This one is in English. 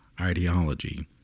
ideology